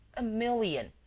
a million!